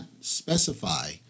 specify